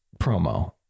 promo